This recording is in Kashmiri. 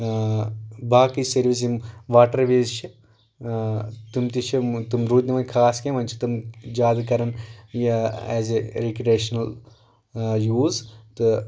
باقٕے سٔروِس یِم واٹر ویز چھِ تِم تہِ چھِ تِم روٗدۍ نہٕ وۄنۍ خاص کینٛہہ وۄنۍ چھِ تِم زیادٕ کران یہِ ایز اےٚ ریٚکریشنل یوٗز تہٕ